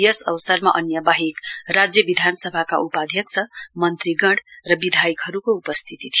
यस अवसरमा अन्य वाहेक राज्य विधानसभाका उपाध्यक्ष मन्त्रीगण र विधायकहरूको उपस्थिती थियो